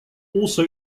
also